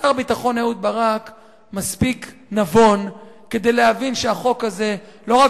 שר הביטחון אהוד ברק מספיק נבון כדי להבין שהחוק הזה לא רק